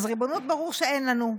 אז ריבונות ברור שאין לנו.